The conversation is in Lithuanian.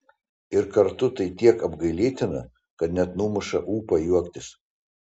ir kartu tai tiek apgailėtina kad net numuša ūpą juoktis